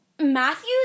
Matthews